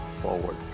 forward